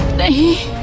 that he